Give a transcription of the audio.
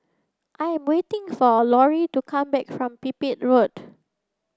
I am waiting for Lorrie to come back from Pipit Road